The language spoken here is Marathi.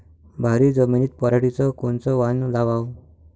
भारी जमिनीत पराटीचं कोनचं वान लावाव?